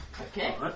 Okay